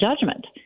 judgment